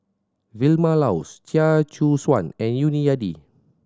Vilma Laus Chia Choo Suan and Yuni Hadi